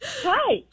Hi